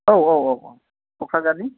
औ औ औ कक्राझारनि